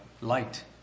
Light